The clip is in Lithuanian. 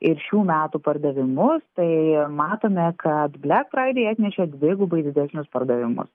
ir šių metų pardavimus tai matome kad blek fraidei atnešė dvigubai didesnius pardavimus